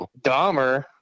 Dahmer